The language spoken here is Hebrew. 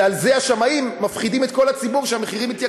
ועל זה השמאים מפחידים את כל הציבור שהמחירים עולים.